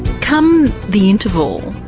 come the interval,